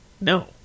No